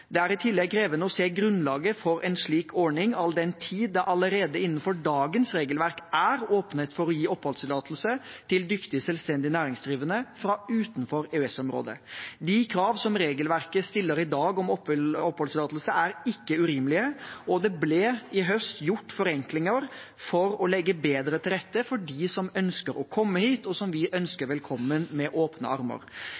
Det er i tillegg krevende å se grunnlaget for en slik ordning, all den tid det allerede innenfor dagens regelverk er åpnet for å gi oppholdstillatelse til dyktige, selvstendig næringsdrivende fra utenfor EØS-området. De krav som regelverket stiller i dag om oppholdstillatelse, er ikke urimelige, og det ble i høst gjort forenklinger for å legge bedre til rette for dem som ønsker å komme hit, og som vi ønsker